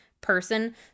person